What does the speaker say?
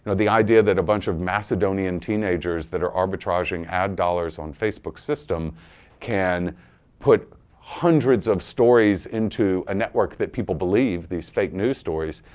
the idea that a bunch of macedonian teenagers that are arbitraging ad dollars on facebook's system can put hundreds of stories into a network that people believe, these fake news stories,